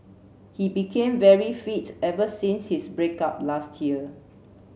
he became very fit ever since his break up last year